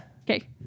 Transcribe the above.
Okay